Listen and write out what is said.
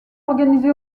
organisé